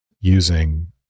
using